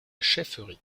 chefferie